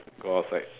go outside